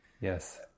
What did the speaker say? Yes